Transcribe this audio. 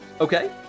Okay